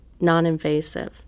non-invasive